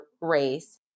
race